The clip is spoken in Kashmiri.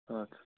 اَدٕ سا